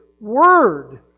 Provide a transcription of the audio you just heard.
Word